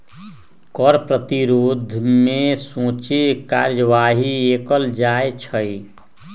कर प्रतिरोध में सोझे कार्यवाही कएल जाइ छइ